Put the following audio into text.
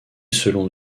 selon